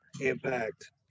Impact